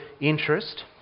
interest